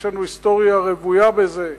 יש לנו היסטוריה רוויה בזה.